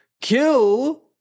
kill